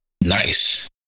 Nice